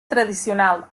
tradicional